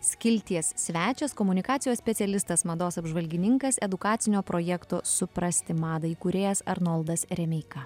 skilties svečias komunikacijos specialistas mados apžvalgininkas edukacinio projekto suprasti madą įkūrėjas arnoldas remeika